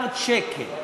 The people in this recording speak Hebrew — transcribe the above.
מיליארד שקל.